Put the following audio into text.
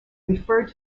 referred